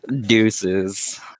deuces